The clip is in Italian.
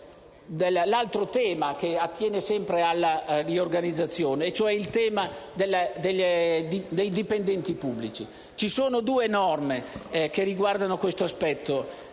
sull'altro tema che attiene sempre alla riorganizzazione: mi riferisco al tema dei dipendenti pubblici. Ci sono due norme che riguardano questo aspetto: